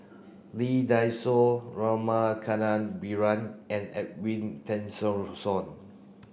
Lee Dai Soh Rama Kannabiran and Edwin Tessensohn